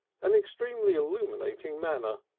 an extremely illuminating manner.